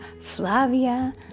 Flavia